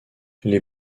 les